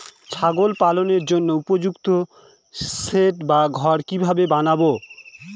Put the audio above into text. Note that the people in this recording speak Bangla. ছাগল পালনের জন্য উপযুক্ত সেড বা ঘর কিভাবে বানাবো?